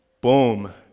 boom